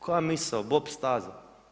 Koja misao bob staza.